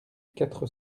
quatre